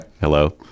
Hello